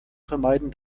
vermeiden